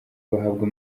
bahabwa